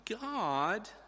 God